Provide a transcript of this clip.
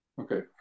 Okay